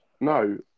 no